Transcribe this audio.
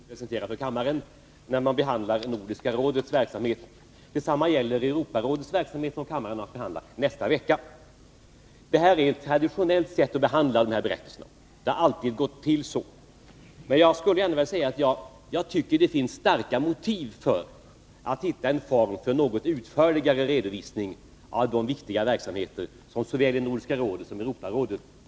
Herr talman! Några talare har påpekat att det betänkande som utrikesutskottet presenterar för kammaren rörande Nordiska rådets verksamhet är rekordkort. Detsamma gäller betänkandet om Europarådets verksamhet, som kammaren har att behandla nästa vecka. Detta är ett traditionellt sätt att behandla sådana här berättelser. Det har alltid gått till så. Jag skulle gärna vilja säga att jag tycker att det finns starka motiv för att hitta en form för en något utförligare redovisning av de viktiga verksamheter som pågår i såväl Nordiska rådet som Europarådet.